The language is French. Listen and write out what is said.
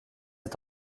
est